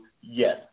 yes